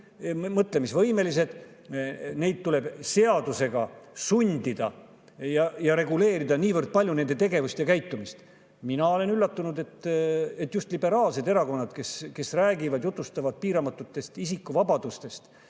mõtlemisvõimelised ja neid tuleb seadusega sundida ja reguleerida, [reguleerida] niivõrd palju nende tegevust ja käitumist. Mina olen üllatunud, et just liberaalsed erakonnad, kes räägivad ja jutustavad piiramatutest isikuvabadustest